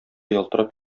ялтырап